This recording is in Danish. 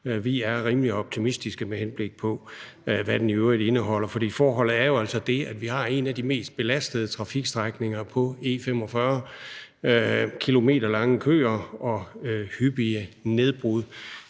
Vi er rimelig optimistiske, med hensyn til hvad den i øvrigt indeholder. For forholdet er jo altså det, at vi har en af de mest belastede trafikstrækninger på E45 med kilometerlange køer og hyppige nedbrud.